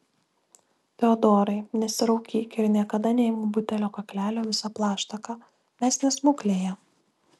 teodorai nesiraukyk ir niekada neimk butelio kaklelio visa plaštaka mes ne smuklėje